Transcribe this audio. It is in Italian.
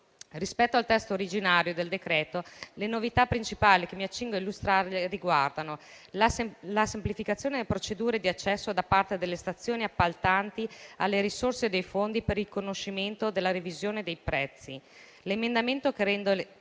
Rispetto al testo originario del decreto-legge, le novità principali che mi accingo a illustrare riguardano: la semplificazione delle procedure di accesso da parte delle stazioni appaltanti alle risorse dei fondi per il riconoscimento della revisione dei prezzi; l'emendamento che rende